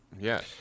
Yes